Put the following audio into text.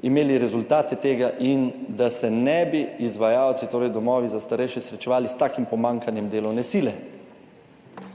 imeli rezultate tega in da se ne bi izvajalci, torej domovi za starejše, srečevali 22. TRAK: (TB) - 15.30 (nadaljevanje) s takim pomanjkanjem delovne sile.